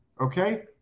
okay